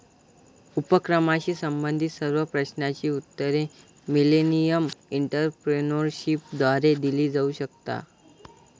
उपक्रमाशी संबंधित सर्व प्रश्नांची उत्तरे मिलेनियम एंटरप्रेन्योरशिपद्वारे दिली जाऊ शकतात